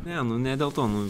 ne nu ne dėl to nu